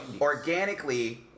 organically